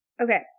Okay